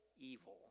evil